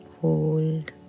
Hold